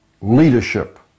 leadership